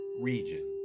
region